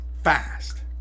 Fast